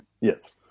Yes